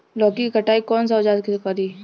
लौकी के कटाई कौन सा औजार से करी?